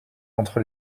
entre